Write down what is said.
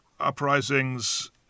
uprisings